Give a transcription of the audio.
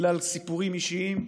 בגלל סיפורים אישיים,